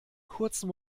kurzen